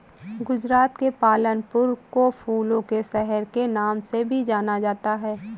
गुजरात के पालनपुर को फूलों के शहर के नाम से भी जाना जाता है